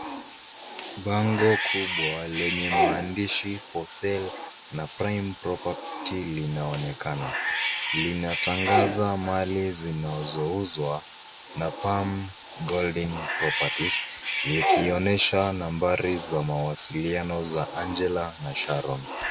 Bango kubwa lenye maandishi For Sale na Prime Property linaonekana. Linatangaza mali zinazouzwa na Palm Golden Properties likionyesha nambari za mawasiliano za Angela na Sharon.